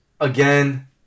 again